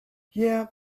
yeah